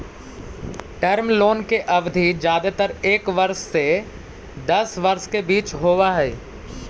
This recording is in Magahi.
टर्म लोन के अवधि जादेतर एक वर्ष से दस वर्ष के बीच होवऽ हई